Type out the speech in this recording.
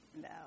No